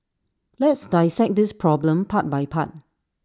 let's dissect this problem part by part